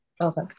Okay